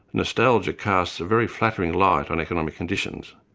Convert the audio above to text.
nostalgia casts a very flattering light on economic conditions,